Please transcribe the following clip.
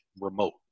remote